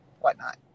whatnot